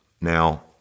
now